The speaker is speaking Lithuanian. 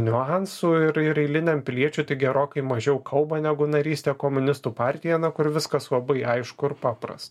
niuansų ir ir eiliniam piliečiui tai gerokai mažiau kalba negu narystė komunistų partija na kur viskas labai aišku ir paprasta